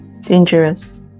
dangerous